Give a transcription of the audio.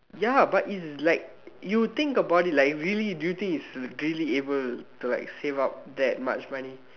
ya but it's like you think about it like really do you think it's really able to like save up that much money